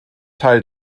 teil